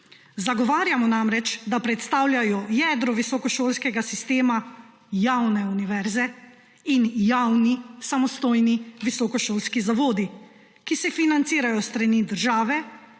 Zagovarjamo namreč, da predstavljajo jedro visokošolskega sistema javne univerze in javni samostojni visokošolski zavodi, ki se financirajo s strani države.